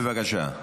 בבקשה.